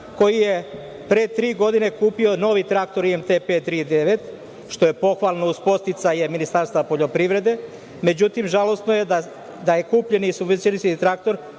koji je pre tri godine kupio novi traktor IMT 539, što je pohvalno uz podsticaje Ministarstva poljoprivrede? Međutim, žalosno je da je kupljeni subvencionisani traktor